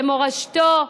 במורשתו,